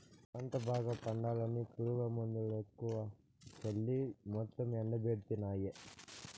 పంట బాగా పండాలని పురుగుమందులెక్కువ చల్లి మొత్తం ఎండబెట్టితినాయే